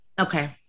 Okay